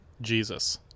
Jesus